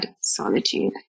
solitude